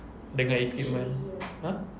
dengan equipment !huh!